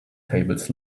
tables